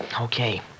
Okay